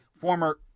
former